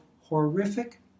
horrific